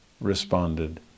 responded